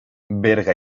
berga